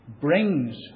brings